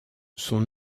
son